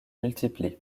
multiplient